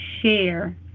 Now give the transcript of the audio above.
share